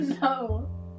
No